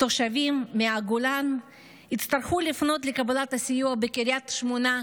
תושבים מהגולן יצטרכו לפנות לקבלת הסיוע בקריית שמונה,